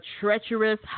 Treacherous